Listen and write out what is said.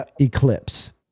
Eclipse